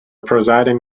presiding